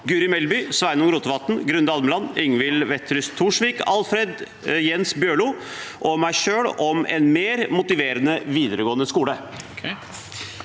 Guri Melby, Sveinung Rotevatn, Grunde Almeland, Ingvild Wetrhus Thorsvik, Alfred Jens Bjørlo og meg selv om en mer motiverende videregående skole.